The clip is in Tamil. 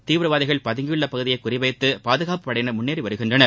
தீவிரவாதிகள் பதங்கியுள்ள பகுதியை குறிவைத்து பாதுகாப்புப் படையினர் முன்னேறி வருகின்றனர்